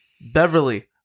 Beverly